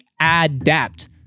Adapt